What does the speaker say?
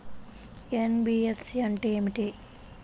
NBFC అంటే ఏమిటి?